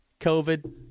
COVID